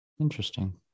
Interesting